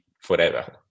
forever